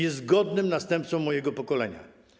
Jest godnym następcą mojego pokolenia.